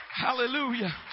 hallelujah